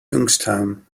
youngstown